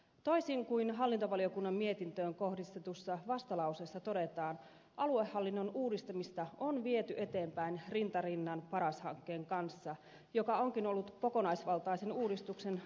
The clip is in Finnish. toisin kuin hallintovaliokunnan mietintöön kohdistetussa vastalauseessa todetaan aluehallinnon uudistamista on viety eteenpäin rinta rinnan paras hankkeen kanssa mikä onkin ollut kokonaisvaltaisen uudistuksen aikaansaamiseksi välttämätöntä